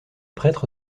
prêtre